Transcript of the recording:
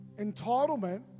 Entitlement